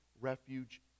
refuge